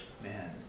Man